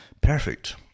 Perfect